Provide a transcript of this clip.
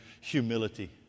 humility